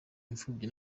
imfubyi